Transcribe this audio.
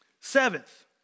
Seventh